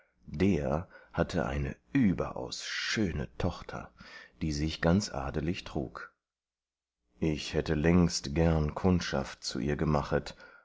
der hatte eine überaus schöne tochter die sich ganz adelig trug ich hätte längst gern kundschaft zu ihr gemachet